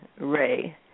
ray